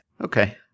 Okay